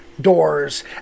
Doors